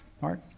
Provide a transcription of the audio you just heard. Mark